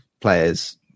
players